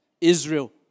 Israel